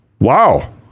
wow